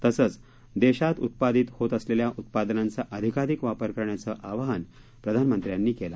तसेच देशात उत्पादित होत असलेल्या उत्पादनांचा अधिकाधिक वापर करण्याचे आवाहन प्रधानमंत्र्यांनी केलं